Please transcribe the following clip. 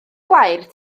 gwair